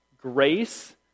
grace